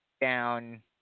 down